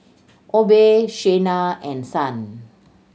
Obe Shayna and Son